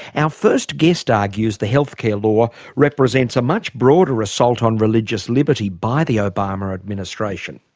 our first guest argues the healthcare law represents a much broader assault on religious liberty by the obama administration.